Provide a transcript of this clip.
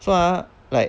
so ah like